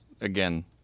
again